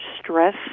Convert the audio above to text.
stress